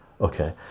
okay